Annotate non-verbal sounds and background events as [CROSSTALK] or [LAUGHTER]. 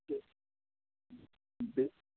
[UNINTELLIGIBLE]